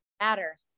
matter